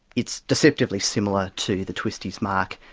it's deceptively similar to the twisties mark,